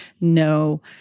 No